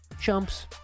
chumps